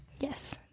Yes